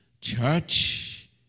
Church